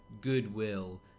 goodwill